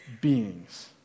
beings